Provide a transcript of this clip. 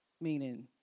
Meaning